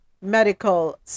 medical